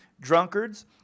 drunkards